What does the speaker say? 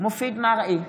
מופיד מרעי,